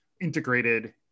integrated